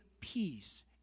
peace